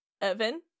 Evan